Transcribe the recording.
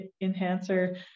enhancer